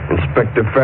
Inspector